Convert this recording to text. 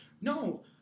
no